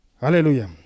Hallelujah